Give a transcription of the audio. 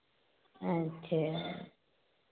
अच्छा